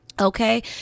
Okay